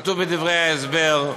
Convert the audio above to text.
כתוב בדברי ההסבר.